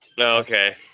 Okay